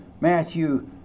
matthew